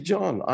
John